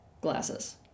glasses